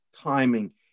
timing